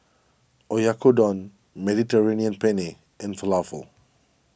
Oyakodon Mediterranean Penne and Falafel